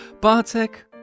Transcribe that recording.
Bartek